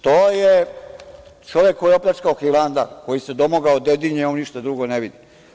To je čovek koji je opljačkao Hilandar, koji se domogao Dedinja i on ništa drugo ne vidi.